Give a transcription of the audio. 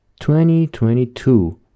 2022